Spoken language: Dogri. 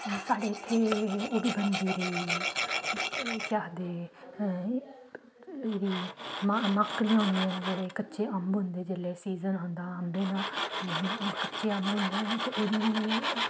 साढ़े इत्थै ओह् बी बनदी रेही केह् आखदे एह्दी मा माकड़ियां होंदियां न जेह्ड़े कच्चे अम्ब होंदे जेल्लै सीजन औंदा अम्बें दा कच्चे अम्ब होंदे हे ते ओह्दी बी